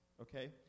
okay